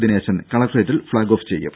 ദിനേശൻ കലക്ടറേറ്റിൽ flag off ചെയ്യും